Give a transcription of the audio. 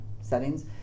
settings